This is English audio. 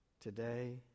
Today